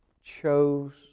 chose